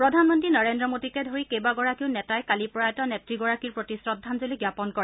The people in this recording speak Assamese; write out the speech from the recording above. প্ৰধানমন্ত্ৰী নৰেন্দ্ৰ মোডীকে ধৰি কেইবাগৰাকীও নেতাই কালি প্ৰয়াত নেত্ৰী গৰাকীৰ প্ৰতি শ্ৰদ্ধাঞ্জলী জাপন কৰে